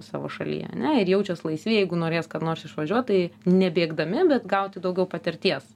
savo šalyje ane ir jaučias laisvi jeigu norės kada nors išvažiuot tai nebėgdami bet gauti daugiau patirties